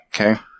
Okay